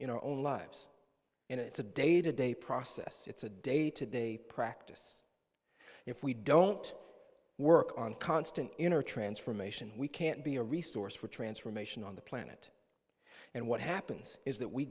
in our own lives and it's a day to day process it's a day to day practice if we don't work on constant inner transformation we can't be a resource for transformation on the planet and what happens is that we